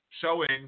showing